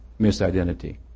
misidentity